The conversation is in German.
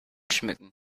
schmücken